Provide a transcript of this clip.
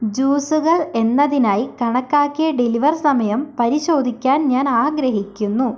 ജ്യൂസുകൾ എന്നതിനായി കണക്കാക്കിയ ഡെലിവർ സമയം പരിശോധിക്കാൻ ഞാൻ ആഗ്രഹിക്കുന്നു